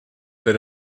per